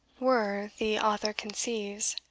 were, the author conceives,